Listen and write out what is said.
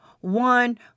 one